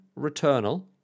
Returnal